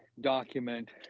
document